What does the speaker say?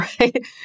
right